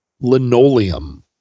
linoleum